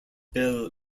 bill